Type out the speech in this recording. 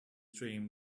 dream